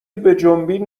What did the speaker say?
بجنبین